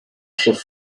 should